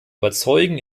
überzeugen